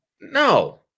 No